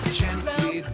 gently